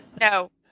no